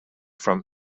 from